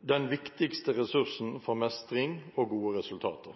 den viktigste ressursen for mestring og gode resultater?»